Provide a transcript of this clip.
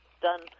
done